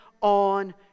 on